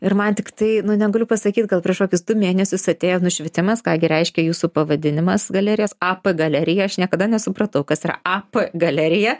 ir man tiktai nu negaliu pasakyt gal prieš kokius du mėnesius atėjo nušvitimas ką gi reiškia jūsų pavadinimas galerijos ap galerija aš niekada nesupratau kas yra ap galerija